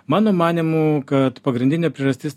mano manymu kad pagrindinė priežastis